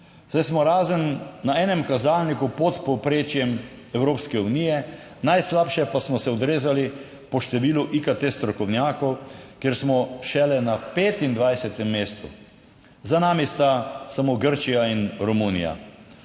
saj smo razen na enem kazalniku pod povprečjem Evropske unije. Najslabše pa smo se odrezali po številu IKT strokovnjakov, kjer smo šele na 25. mestu, za nami sta samo Grčija in Romunija.